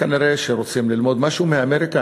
כנראה רוצים ללמוד משהו מאמריקה,